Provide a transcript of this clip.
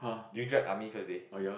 did you dread army first day